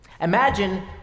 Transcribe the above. Imagine